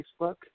Facebook